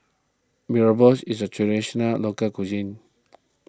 Mee Rebus is a Traditional Local Cuisine